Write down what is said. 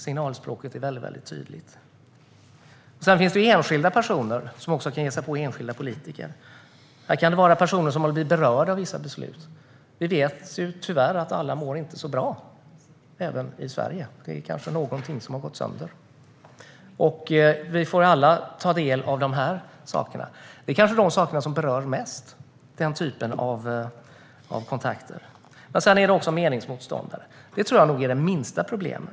Signalspråket är tydligt. Det finns enskilda personer som kan ge sig på enskilda politiker. Det kan vara personer som har blivit berörda av vissa beslut. Vi vet att alla tyvärr inte mår så bra - inte ens i Sverige. Det är kanske någonting som har gått sönder. Vi får alla ta del av detta, och det kanske är denna typ av kontakter som berör mest. Det handlar också om meningsmotståndare, och det tror jag är det minsta problemet.